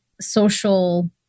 social